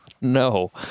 No